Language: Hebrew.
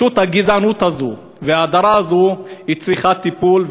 הגזענות הזאת וההדרה הזאת צריכות טיפול,